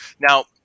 Now